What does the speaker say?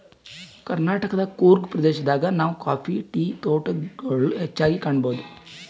ಕರ್ನಾಟಕದ್ ಕೂರ್ಗ್ ಪ್ರದೇಶದಾಗ್ ನಾವ್ ಕಾಫಿ ಟೀ ತೋಟಗೊಳ್ ಹೆಚ್ಚಾಗ್ ಕಾಣಬಹುದ್